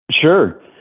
Sure